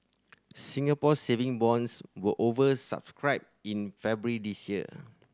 Singapore Saving Bonds were over subscribed in February this year